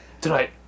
tonight